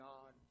God